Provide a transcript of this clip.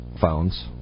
phones